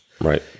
Right